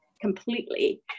completely